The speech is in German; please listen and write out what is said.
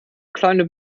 kleine